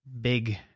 big